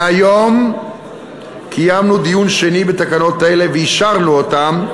והיום קיימנו דיון שני בתקנות אלה ואישרנו אותן.